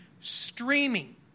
streaming